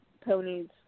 ponies